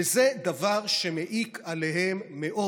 וזה דבר שמעיק עליהם מאוד.